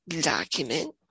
document